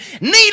need